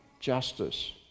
justice